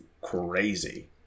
crazy